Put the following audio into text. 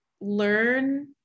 learn